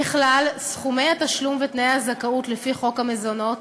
ככלל, סכומי התשלום ותנאי הזכאות לפי חוק המזונות